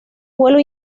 vuelo